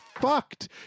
fucked